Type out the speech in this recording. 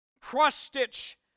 cross-stitch